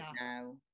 now